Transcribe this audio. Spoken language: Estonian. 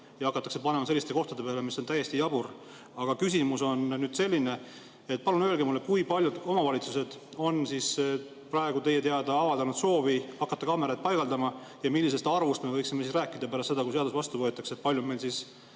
hakatakse panema kohtadesse, mis on täiesti jaburad. Aga küsimus on selline: palun öelge mulle, kui paljud omavalitsused on praegu teie teada avaldanud soovi hakata kaameraid paigaldama. Millisest arvust me võiksime rääkida pärast seda, kui seadus vastu võetakse, ehk palju meil siis